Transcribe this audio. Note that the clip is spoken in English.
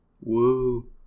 Woo